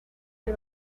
que